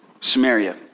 Samaria